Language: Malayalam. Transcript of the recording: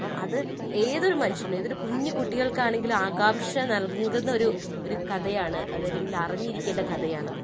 അപ്പം അത് ഏതൊരു മനുഷ്യനും ഏതൊരു കുഞ്ഞു കുട്ടികൾക്കാണെങ്കിലും ആകാംഷ നിറഞ്ഞു നിൽക്കുന്ന ഒരു ഒരു കഥയാണ് അതല്ലെങ്കിൽ അറിഞ്ഞിരിക്കേണ്ട കഥയാണത്